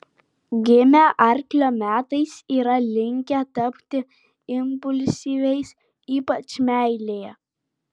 gimę arklio metais yra linkę tapti impulsyviais ypač meilėje